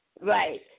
Right